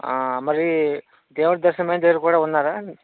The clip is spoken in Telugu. మరి దేవుడి దర్శనం అయిన దగ్గర కూడా ఉన్నారా